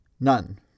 None